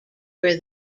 where